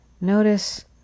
notice